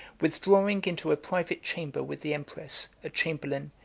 withdrawing into a private chamber with the empress, a chamberlain,